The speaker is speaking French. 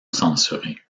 censurée